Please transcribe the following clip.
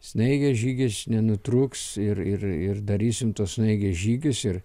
snaigės žygis nenutrūks ir ir ir darysim tuos snaigės žygius ir